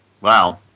Wow